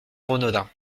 renaudin